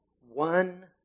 one